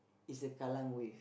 is the Kallang-Wave